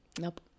Nope